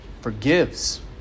forgives